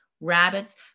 rabbits